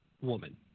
woman